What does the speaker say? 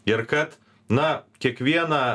ir kad na kiekvieną